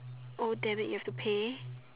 oh damn it you have to pay